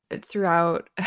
throughout